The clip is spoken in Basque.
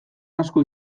asko